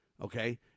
Okay